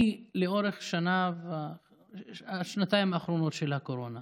אני לאורך השנתיים האחרונות של הקורונה